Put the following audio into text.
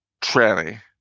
tranny